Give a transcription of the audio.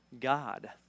God